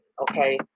okay